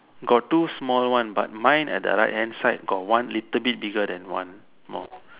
got two small one but mine at the right hand side got one little bit bigger than one more